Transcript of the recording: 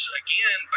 again